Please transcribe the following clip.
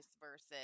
versus